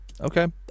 Okay